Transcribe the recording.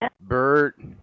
Bert